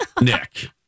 Nick